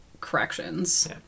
corrections